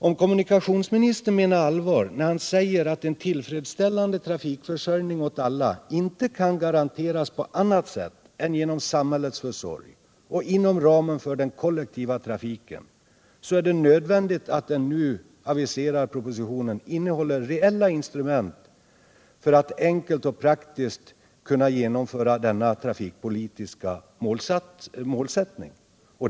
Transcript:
Om kommuniktionsministern menar allvar när han säger att en tillfredsställande trafikförsörjning åt alla inte kan garanteras på annat sätt än genom samhällets försorg och inom ramen för den kollektiva trafiken, så är det nödvändigt att den nu aviserade propositionen innehåller reella instrument för att enkelt och praktiskt kunna genomföra denna trafikpolitiska målsättning.